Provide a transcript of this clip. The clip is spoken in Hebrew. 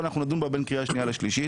ואנחנו נדון בה בין קריאה שנייה לשלישית.